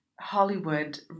hollywood